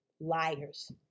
Liars